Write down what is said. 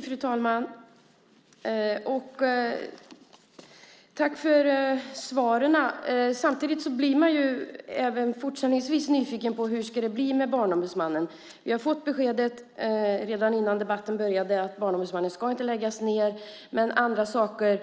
Fru talman! Tack för svaren! Men man blir även fortsättningsvis nyfiken på hur det ska bli med Barnombudsmannen. Vi fick redan innan debatten började beskedet att Barnombudsmannen inte ska läggas ned. Men andra saker